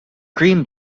green